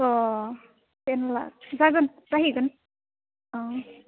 अ ten lakh जागोन जाहैगोन अ